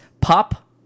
pop